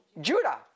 Judah